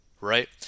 right